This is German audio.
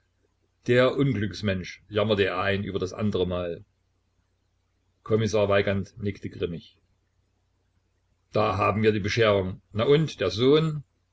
der unglücksmensch jammerte er ein über das andere mal kommissar weigand nickte grimmig da haben wir die bescherung na und der sohn